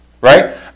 Right